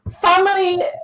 family